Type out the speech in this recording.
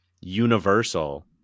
universal